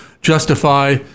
justify